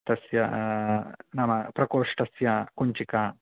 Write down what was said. तस्य नाम प्रकोष्ठस्य कुञ्चिका